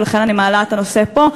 ולכן אני מעלה את הנושא פה,